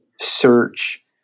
search